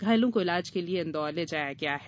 घायलों को ईलाज के लिए इन्दौर ले जाया गया है